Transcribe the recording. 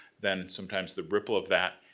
then sometimes the ripple of that,